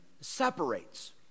separates